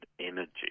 energy